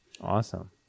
Awesome